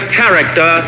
character